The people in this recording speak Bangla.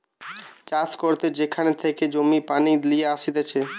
চাষ করতে যেখান থেকে জমিতে পানি লিয়ে আসতিছে